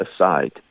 aside